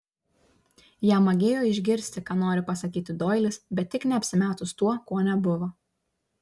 jam magėjo išgirsti ką nori pasakyti doilis bet tik ne apsimetus tuo kuo nebuvo